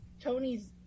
Tony's